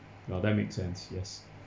now that makes sense yes